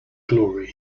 glory